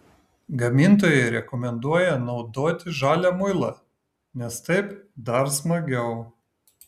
gamintojai rekomenduoja naudoti žalią muilą nes taip dar smagiau